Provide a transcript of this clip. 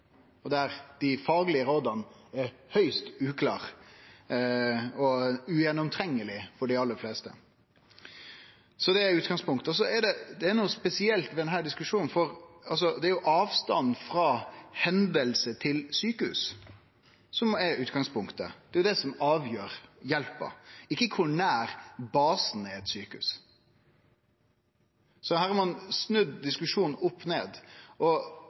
Rygge. Der er dei faglege råda høgst uklare og ugjennomtrengelege for dei aller fleste. Så det er utgangspunktet. Det er noko spesielt med denne diskusjonen, for det er avstanden frå hending til sjukehus som er utgangspunktet. Det er det som avgjer hjelpa, ikkje kor nær basen er eit sjukehus. Så her har ein snudd diskusjonen opp ned og